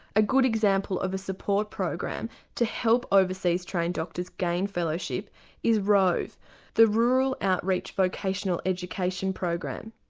a good example of a support program to help overseas trained doctors gain fellowship is rove the rural outreach vocational education program.